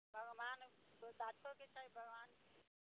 भगवान दुसाधोके छै भगवान